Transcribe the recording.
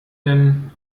denn